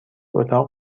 اتاق